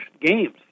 games